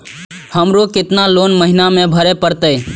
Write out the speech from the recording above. हमरो केतना लोन महीना में भरे परतें?